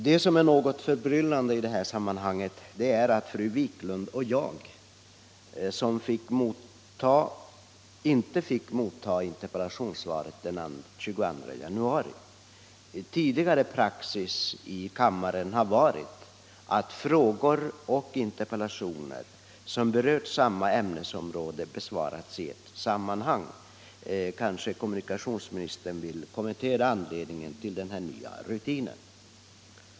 Det som är något förbryllande i det här sammanhanget är att fru Wiklund och jag inte fick motta interpellationssvaret den 22 januari. Tidigare praxis i kammaren har varit att frågor och interpellationer som berört samma ämnesområde besvarats i ett sammanhang. Kanske kommunikationsministern vill kommentera anledningen till denna nya rutin.